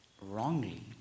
wrongly